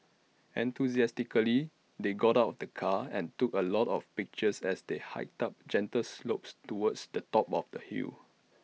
enthusiastically they got out of the car and took A lot of pictures as they hiked up gentle slopes towards the top of the hill